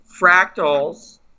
fractals